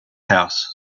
house